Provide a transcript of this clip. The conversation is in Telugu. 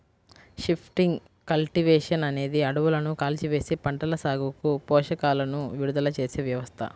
షిఫ్టింగ్ కల్టివేషన్ అనేది అడవులను కాల్చివేసి, పంటల సాగుకు పోషకాలను విడుదల చేసే వ్యవస్థ